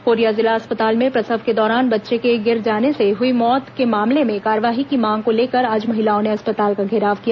Korea जिला अस्पताल में प्रसव के दौरान बच्चे के गिर जाने से हुई मौत के मामले में कार्रवाई की मांग को लेकर आज महिलाओं ने अस्पताल का घेराव किया